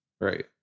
right